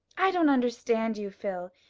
i don't understand you, phil.